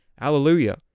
Alleluia